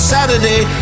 Saturday